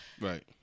Right